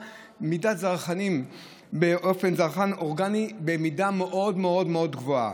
זרחנים וזרחן אורגני במידה מאוד מאוד מאוד גבוהה.